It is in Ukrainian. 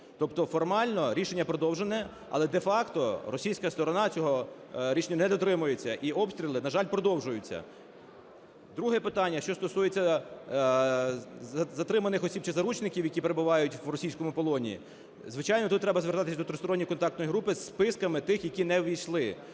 Тобто формально рішення продовжене, але де-факто російська сторона цього рішення не дотримується і обстріли, на жаль, продовжуються. Друге питання: що стосується затриманих осіб чи заручників, які перебувають в російському полоні. Звичайно, тут треба звертатися до Тристоронньої контактної групи із списками тих, які не ввійшли,